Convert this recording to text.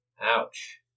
Ouch